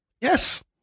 Yes